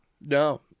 No